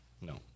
No